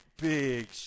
big